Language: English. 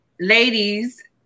ladies